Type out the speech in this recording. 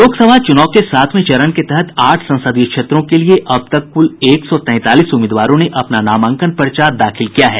लोकसभा चुनाव के सातवें चरण के तहत आठ संसदीय क्षेत्रों के लिये अब तक कुल एक सौ तैंतालीस उम्मीदवारों ने अपना नामांकन पर्चा दाखिल किया है